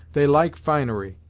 they like finery,